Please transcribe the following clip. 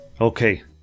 Okay